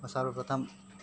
सर्वप्रथम